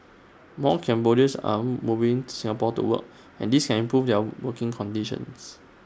more Cambodians are moving Singapore to work and this can improve their working conditions